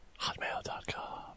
Hotmail.com